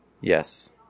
Yes